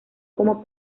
como